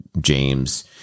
James